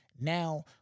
Now